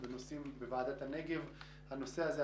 הנושא הזה,